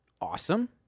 awesome